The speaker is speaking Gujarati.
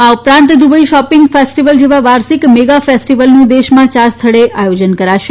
આ ઉપરાંત દુબઇ શોપિંગ ફેસ્ટીવલ જેવા વાર્ષિક મેગા ફેસ્ટીવલનું દેશમાં ચાર સ્થળે આયોજન કરાશે